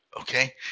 okay